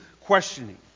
questioning